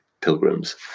pilgrims